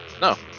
No